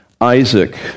Isaac